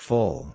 Full